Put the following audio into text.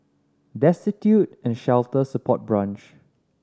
Destitute and Shelter Support Branch